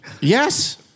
Yes